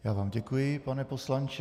Já vám děkuji, pane poslanče.